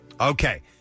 Okay